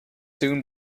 soon